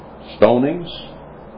Stonings